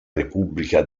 repubblica